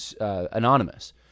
anonymous